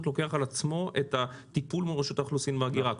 לוקחים על עצמכם את הטיפול מול רשות האוכלוסין וההגירה?